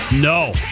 No